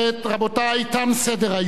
רבותי, תם סדר-היום.